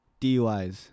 DUIs